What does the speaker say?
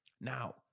Now